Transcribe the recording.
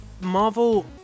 Marvel